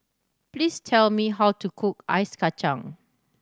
please tell me how to cook ice kacang